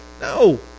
No